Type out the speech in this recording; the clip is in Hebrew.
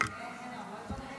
נתקבלו.